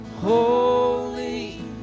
Holy